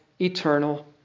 eternal